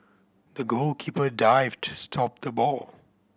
the goalkeeper dived to stop the ball